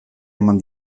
eman